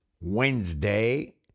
Wednesday